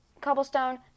cobblestone